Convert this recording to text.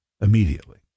immediately